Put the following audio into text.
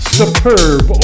superb